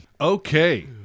Okay